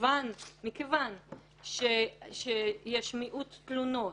מכיוון שיש מיעוט תלונות,